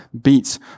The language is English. beats